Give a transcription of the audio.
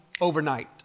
overnight